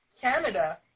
Canada